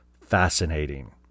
fascinating